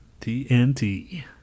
TNT